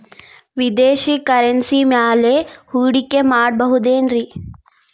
ವಿದೇಶಿ ಕರೆನ್ಸಿ ಮ್ಯಾಲೆ ಹೂಡಿಕೆ ಮಾಡಬಹುದೇನ್ರಿ?